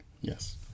yes